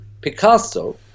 Picasso